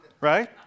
right